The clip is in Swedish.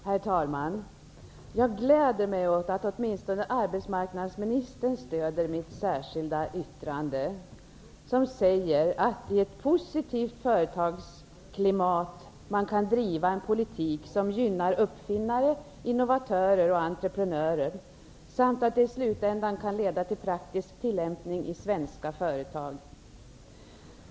Herr talman! Jag gläder mig åt att åtminstone arbetsmarknadsministern stöder mitt särskilda yttrande. I detta sägs det att det är i ett positivt företagsklimat som man kan driva en politik som gynnar uppfinnare, innovatörer och entreprenörer samt att det i slutändan kan leda till praktisk tillämpning i svenska företag.